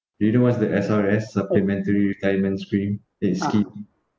do you know what's the S_R_S supplementary retirement scream eh scheme